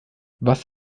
was